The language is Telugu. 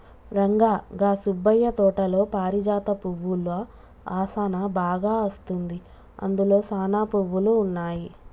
రంగా గా సుబ్బయ్య తోటలో పారిజాత పువ్వుల ఆసనా బాగా అస్తుంది, అందులో సానా పువ్వులు ఉన్నాయి